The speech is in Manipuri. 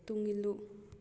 ꯇꯨꯡ ꯏꯜꯂꯨ